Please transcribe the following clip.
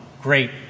great